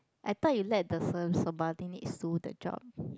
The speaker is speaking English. I thought you let the firm subordinate sue the job